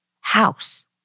house